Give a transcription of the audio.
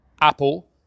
Apple